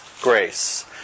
grace